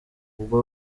ubwo